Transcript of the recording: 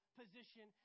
position